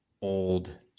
old